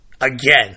again